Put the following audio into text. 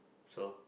so